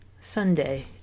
Sunday